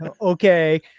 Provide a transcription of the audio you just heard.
okay